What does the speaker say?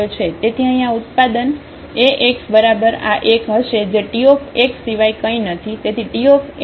તેથી અહીં આ ઉત્પાદન Ax બરાબર આ એક હશે જે Tx સિવાય કંઈ નથી